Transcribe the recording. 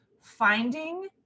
finding